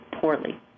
poorly